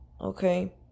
okay